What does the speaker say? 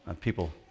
people